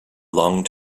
long